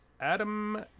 Adam